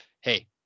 Hey